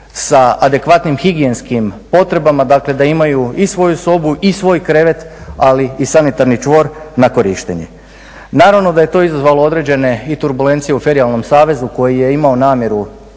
sa adekvatnim higijenskim potrebama. Dakle, da imaju i svoju sobu i svoj krevet ali i sanitarni čvor na korištenje. Naravno da je to izazvalo određene i turbulencije u Ferijalnom savezu koji je imao namjeru